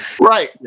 right